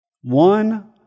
One